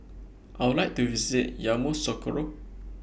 I Would to visit Yamoussoukro